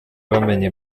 bamenya